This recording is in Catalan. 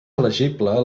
elegible